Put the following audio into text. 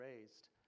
raised